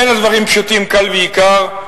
אין הדברים פשוטים כלל ועיקר.